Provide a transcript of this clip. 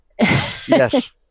Yes